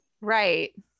Right